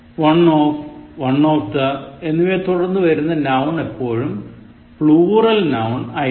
one of" "one of the" എന്നിവയെത്തുടർന്നു വരുന്ന noun എപ്പോഴും പ്ളുറൽ നൌൻ ആയിരിക്കും